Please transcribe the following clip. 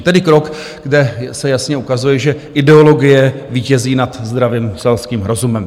Tedy krok, kde se jasně ukazuje, že ideologie vítězí nad zdravým selským rozumem.